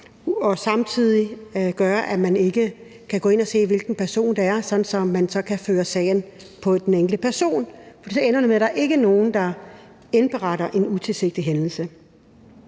og samtidig gøre, at andre ikke kan gå ind og se, hvilken person det er, sådan at sagen ikke kan føres tilbage til den enkelte person. For så ender det med, at der ikke er nogen, der indberetter en utilsigtet hændelse.